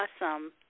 awesome